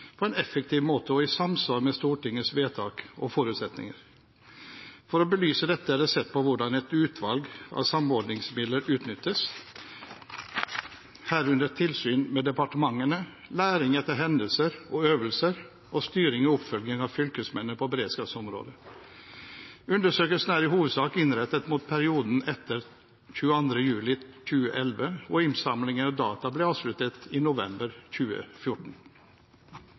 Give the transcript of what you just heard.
på en effektiv måte og i samsvar med Stortingets vedtak og forutsetninger. For å belyse dette er det sett på hvordan et utvalg av samordningsvirkemidler utnyttes, herunder tilsyn med departementene, læring etter hendelser og øvelser og styring og oppfølging av fylkesmennene på beredskapsområdet. Undersøkelsen er i hovedsak innrettet mot perioden etter 22. juli 2011, og innsamlingen av data ble avsluttet i november 2014.